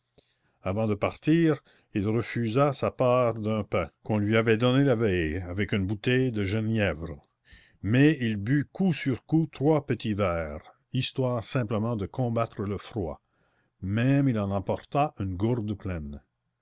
avant de partir il refusa sa part d'un pain qu'on lui avait donné la veille avec une bouteille de genièvre mais il but coup sur coup trois petits verres histoire simplement de combattre le froid même il en emporta une gourde pleine